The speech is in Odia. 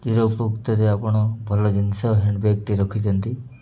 ଚିରଉପକୃତ ଯେ ଆପଣ ଭଲ ଜିନିଷ ହ୍ୟାଣ୍ଡବ୍ୟାଗ୍ଟି ରଖିଛନ୍ତି